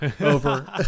over